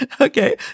Okay